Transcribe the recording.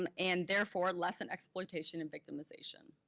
um and therefore less in exploitation and victimization.